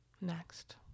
Next